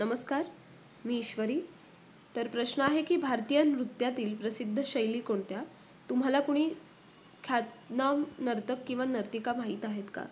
नमस्कार मी ईश्वरी तर प्रश्न आहे की भारतीय नृत्यातील प्रसिद्ध शैली कोणत्या तुम्हाला कोणी ख्यातनाम नर्तक किंवा नर्तिका माहीत आहेत का